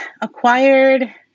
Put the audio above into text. Acquired